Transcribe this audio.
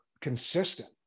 consistent